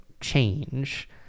change